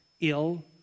ill